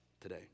today